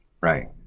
Right